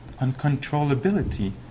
uncontrollability